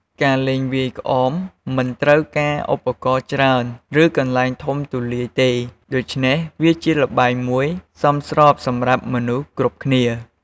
ការលេងវាយក្អមមិនត្រូវការឧបករណ៍ច្រើន ឬកន្លែងធំទូលាយទេ ដូច្នេះវាជាល្បែងមួយសមស្របសម្រាប់មនុស្សគ្រប់គ្នា។